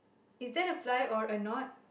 is that a fly or or not